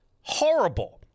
Horrible